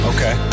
Okay